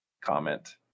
comment